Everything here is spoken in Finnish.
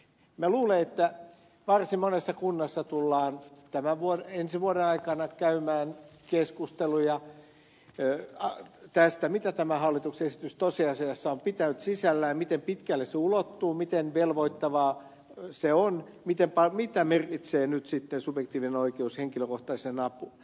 minä luulen että varsin monessa kunnassa tullaan ensi vuoden aikana käymään keskusteluja tästä mitä tämä hallituksen esitys tosiasiassa on pitänyt sisällään miten pitkälle se ulottuu miten velvoittava se on mitä merkitsee nyt sitten subjektiivinen oikeus henkilökohtaiseen apuun